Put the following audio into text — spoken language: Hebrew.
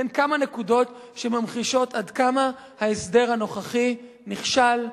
אני אתן כמה נקודות שממחישות עד כמה ההסדר הנוכחי נכשל,